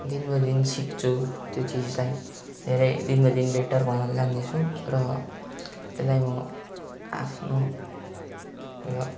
दिन ब दिन सिक्छु त्यो चिजलाई धेरै दिन ब दिन बेटर बनाउँदै जानेछु र त्यसलाई म आफ्नो उयो